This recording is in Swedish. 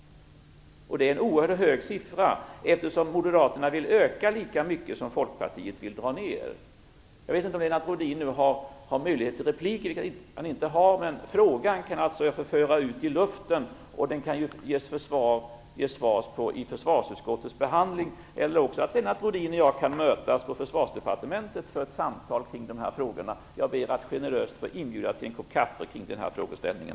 Det är en oerhört hög siffra. Moderaterna vill öka lika mycket som Folkpartiet vill dra ner. Jag vet inte om Lennart Rohdin har rätt till ytterligare replik. Men frågan kan föras ut i luften. Det kan ges svar på den vid försvarsutskottets behandling, eller också kan Lennart Rohdin och jag mötas på Försvarsdepartementet för ett samtal kring de här frågorna. Jag ber att generöst få inbjuda till en kopp kaffe kring den här frågeställningen.